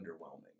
underwhelming